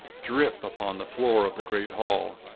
drip, upon the floor of the great hall.